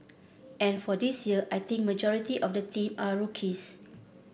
and for this year I think majority of the team are rookies